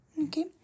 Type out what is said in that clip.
Okay